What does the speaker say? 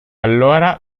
allora